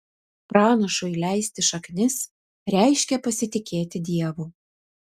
pranašui leisti šaknis reiškia pasitikėti dievu